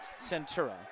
Centura